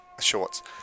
shorts